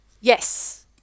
Yes